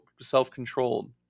self-controlled